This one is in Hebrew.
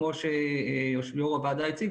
כמו שיו"ר הוועדה הציג,